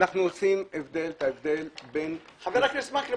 אנחנו יוצרים הבדל בין --- חבר הכנסת מקלב,